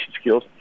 skills